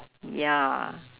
ya